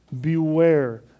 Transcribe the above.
beware